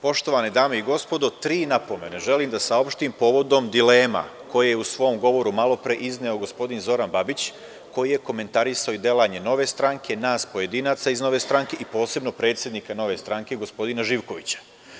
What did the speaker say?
Poštovane dame i gospodo, tri napomene želim da saopštim povodom dilema koje je u svom govoru malopre izneo gospodin Zoran Babić koji je komentarisao i delanje Nove stranke, nas pojedinaca iz NS i posebno predsednika NS gospodina Živkovića.